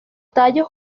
tallos